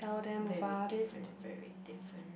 very different very different